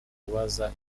ubaza